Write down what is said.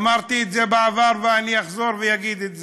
אמרתי את זה בעבר, ואני אחזור ואגיד את זה: